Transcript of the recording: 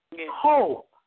Hope